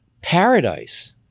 paradise